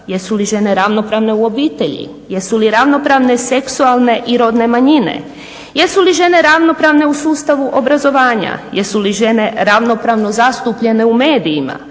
jesu li žene ravnopravne u obitelji, jesu li ravnopravne seksualne i rodne manjine. Jesu li žene ravnopravne u sustavu obrazovanja? Jesu li žene ravnopravno zastupljene u medijima?